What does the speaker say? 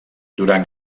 durant